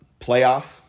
playoff